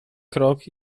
krok